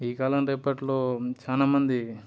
ఈ కాలం రేపట్లో చాలా మంది